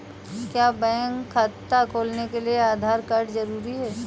क्या बैंक खाता खोलने के लिए आधार कार्ड जरूरी है?